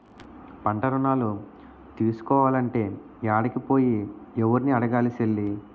పంటరుణాలు తీసుకోలంటే యాడికి పోయి, యెవుర్ని అడగాలి సెల్లీ?